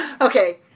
Okay